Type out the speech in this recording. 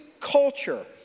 culture